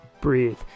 breathe